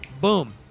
boom